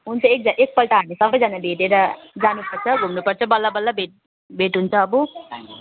हुन्छ एक एक पल्ट हामी सबजना भेटेर जानु पर्छ घुम्नु पर्छ बल्ल बल्ल भेट भेट हुन्छ अब